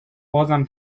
بازم